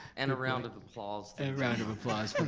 and a round of applause. a round of applause for that.